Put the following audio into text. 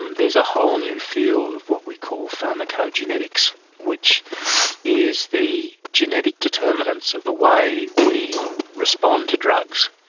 um there's a whole new field of what we call pharmaco-genetics which is the genetic determinants of the way we respond to drugs.